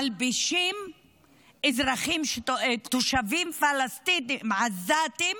מלבישים תושבים עזתים,